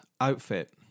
outfit